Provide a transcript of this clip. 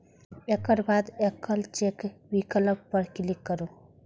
एकर बाद एकल चेक विकल्प पर क्लिक करू